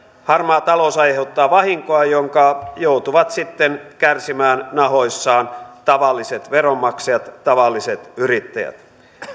harmaa talous aiheuttaa vahinkoa jonka joutuvat sitten kärsimään nahoissaan tavalliset veronmaksajat tavalliset yrittäjät